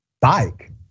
Bike